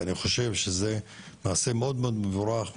אני חושב שזה מעשה מאוד מאוד מבורך,